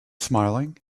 smiling